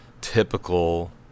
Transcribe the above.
typical